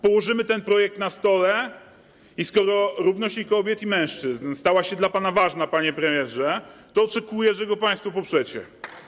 Położymy ten projekt na stole, a skoro równość kobiet i mężczyzn stała się dla pana ważna, panie premierze, to oczekuję, że go państwo poprzecie.